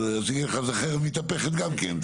אז החרב מתהפכת גם כן,